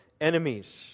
enemies